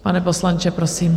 Pane poslanče, prosím.